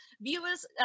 Viewers